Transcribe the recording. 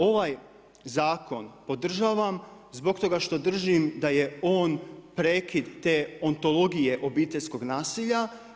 Ovaj zakon podržavam zbog toga što držim da je on prekid te ontologije obiteljskog nasilja.